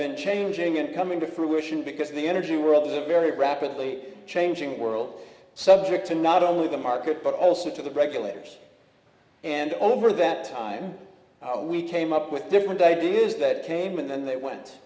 been changing and coming to fruition because of the energy world is a very rapidly changing world subject to not only the market but also to the regulators and over that time we came up with different ideas that came in and they went